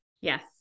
Yes